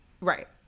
Right